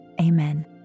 amen